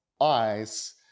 eyes